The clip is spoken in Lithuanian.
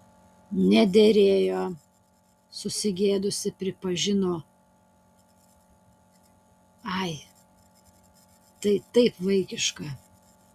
nederėjo susigėdusi pripažino ai tai taip vaikiška